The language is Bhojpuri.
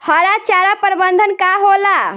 हरा चारा प्रबंधन का होला?